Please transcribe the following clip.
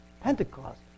Pentecost